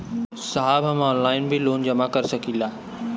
साहब हम ऑनलाइन भी लोन जमा कर सकीला?